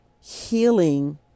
healing